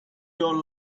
your